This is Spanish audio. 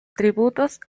tributos